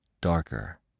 darker